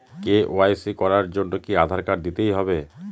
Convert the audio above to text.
KYC করার জন্য কি আধার কার্ড দিতেই হবে?